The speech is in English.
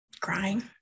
crying